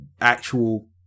actual